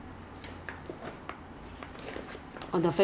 so do you feel 比较 like 滑 after that